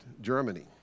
Germany